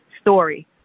story